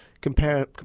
compare